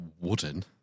wooden